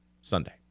Sunday